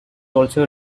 also